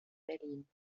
berlin